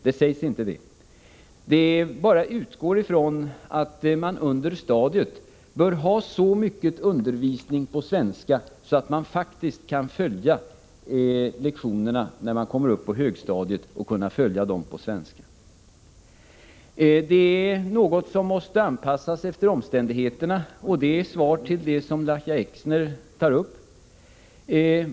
Det sägs inte det i propositionen. Vi har bara utgått från att man under lågoch mellanstadiet bör ha så mycket undervisning på svenska att eleverna när de kommer upp på högstadiet kan följa de svenskspråkiga lektionerna. Detta måste dock anpassas efter omständigheterna. Det är ett svar på den fråga som Lahja Exner ställde.